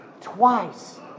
Twice